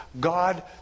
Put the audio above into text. God